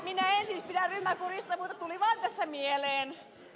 minä en siis pidä ryhmäkurista mutta tuli vaan tässä mieleen